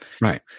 Right